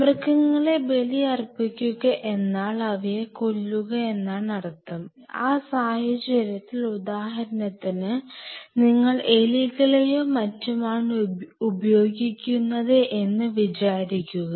മൃഗങ്ങളെ ബലി അർപ്പിക്കുക എന്നാൽ അവയെ കൊല്ലുക എന്നാണർത്ഥം ആ സാഹചര്യത്തിൽ ഉദാഹരണത്തിന് നിങ്ങൾ എലികളെയോ മറ്റുമാണ് ഉപയോഗിക്കുന്നതെന്ന് വിചാരിക്കുക